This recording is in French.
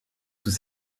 sous